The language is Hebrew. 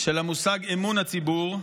של המושג "אמון הציבור".